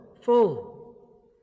full